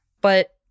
But-